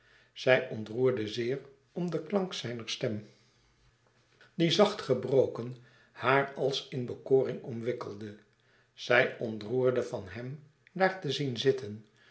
zij ontroerde zeer om den klank zijner stem die zacht gebroken haar als in bekoring omwikkelde zij ontroerde van hem daar te zien zitten